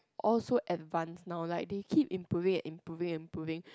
all so advanced now like they keep improving and improving improving